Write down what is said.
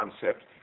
concept